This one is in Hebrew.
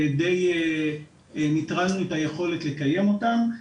די ניטרלנו את היכולת לקיים אותם.